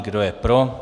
Kdo je pro?